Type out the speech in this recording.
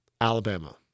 Alabama